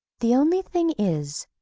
the only thing is,